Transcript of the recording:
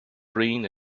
green